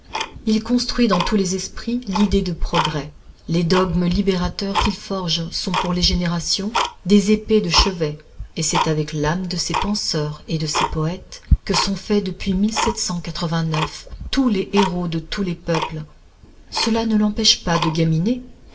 il construit dans tous les esprits l'idée de progrès les dogmes libérateurs qu'il forge sont pour les générations des épées de chevet et c'est avec l'âme de ses penseurs et de ses poètes que sont faits depuis tous les héros de tous les peuples cela ne l'empêche pas de gaminer